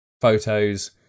photos